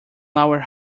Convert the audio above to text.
lower